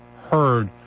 heard